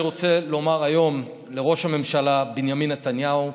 אני רוצה לומר היום לראש הממשלה בנימין נתניהו: